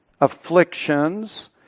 afflictions